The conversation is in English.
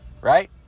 right